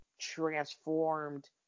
transformed